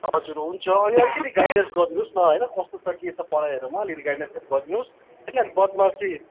हजुर हुन्छ अनि अलिकति गाइडेन्स गरिदिनु होस् न होइन कस्तो छ के छ पढाइहरूमा अलिअलि गाइडेन्सहरू गरिदिनु होस् होइन बदमासी